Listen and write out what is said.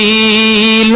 a